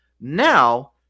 Now